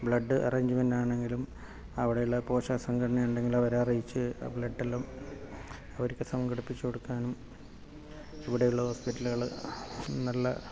blood arrangement ആണെങ്കിലും അവിടെയുള്ള പോഷക സംഘടനയുണ്ടെങ്കിൽ അവരെ അറിയിച്ചു ബ്ലഡെല്ലാം അവർക്ക് സംഘടിപ്പിച്ചു കൊടുക്കാനും ഇവിടെയുള്ള ഹോസ്പിറ്റലുകൾ നല്ല